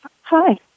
Hi